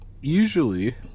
usually